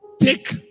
Take